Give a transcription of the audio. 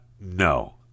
no